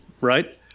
right